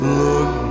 look